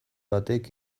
batek